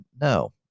no